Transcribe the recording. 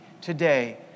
today